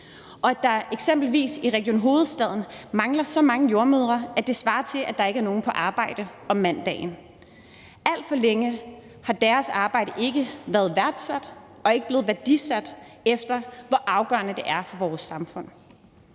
mangler i eksempelvis Region Hovedstaden så mange jordemødre, at det svarer til, at der ikke er nogen på arbejde om mandagen. Alt for længe har deres arbejde ikke været værdsat og er ikke blevet værdisat efter, hvor afgørende det er for vores samfund.